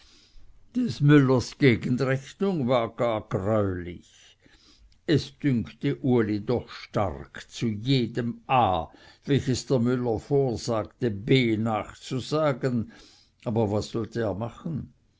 des müllers gegenrechnung war gar greulich es dünkte uli doch stark zu jedem a welches der müller vorsagte b nachzusagen aber was sollte er machen